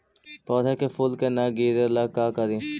पौधा के फुल के न गिरे ला का करि?